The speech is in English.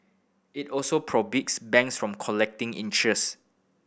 it also banks from collecting interest